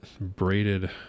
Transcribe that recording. braided